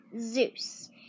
Zeus